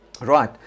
Right